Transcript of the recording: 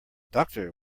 doctor